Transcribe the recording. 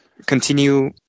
continue